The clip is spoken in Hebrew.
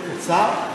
קצר?